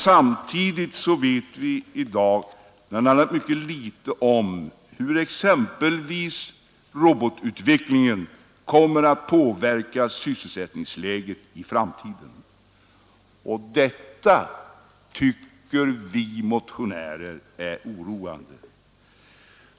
Samtidigt vet vi i dag bl.a. mycket litet om hur exempelvis robotutvecklingen kommer att påverka sysselsättningsläget i framtiden. Detta tycker vi motionärer är oroande.